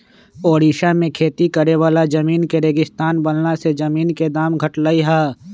ओड़िशा में खेती करे वाला जमीन के रेगिस्तान बनला से जमीन के दाम घटलई ह